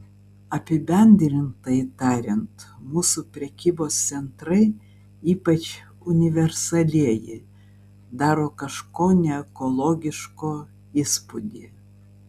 apibendrintai tariant mūsų prekybos centrai ypač universalieji daro kažko neekologiško įspūdį